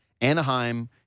Anaheim